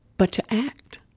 but to act.